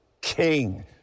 king